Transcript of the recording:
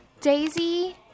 Daisy